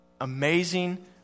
amazing